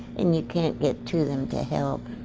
and you can't get to them to help.